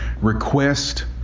request